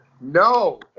no